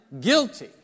guilty